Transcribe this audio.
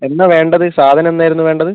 എന്നാണ് വേണ്ടത് സാധനം എന്നായിരുന്നു വേണ്ടത്